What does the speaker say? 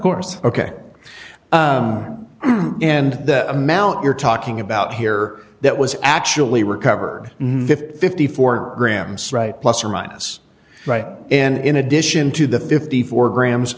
course ok and the amount you're talking about here that was actually recovered fifty four grams right plus or minus and in addition to the fifty four grams